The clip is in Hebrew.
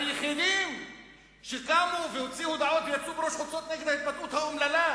היחידים שקמו והוציאו הודעות ויצאו בראש חוצות נגד ההתבטאות האומללה